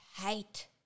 hate